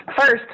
First